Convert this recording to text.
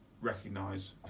recognise